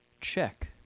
check